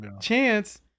chance